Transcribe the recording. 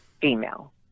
female